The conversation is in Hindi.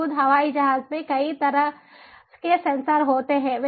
खुद हवाई जहाज में कई तरह के सेंसर होते हैं